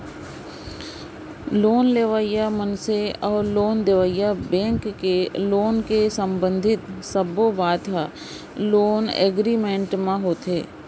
loan लेवइया मनसे अउ लोन देवइया बेंक के लोन ले संबंधित सब्बो बात ह लोन एगरिमेंट म होथे